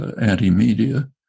anti-media